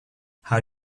how